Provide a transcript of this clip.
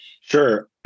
Sure